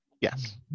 Yes